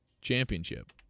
championship